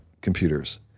computers